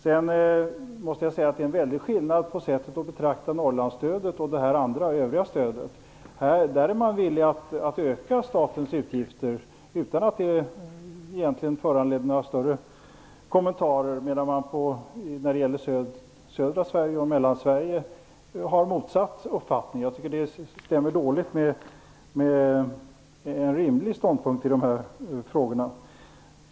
Jag måste säga att det är en väldig skillnad i sättet att betrakta Norrlandsstödet och det övriga stödet. För Norrland är man villig att öka statens utgifter, utan att det egentligen föranleder några större kommentarer, medan man när det gäller södra Sverige och Mellansverige har motsatt uppfattning. Jag tycker att det stämmer dåligt med en rimlig ståndpunkt i de här frågorna.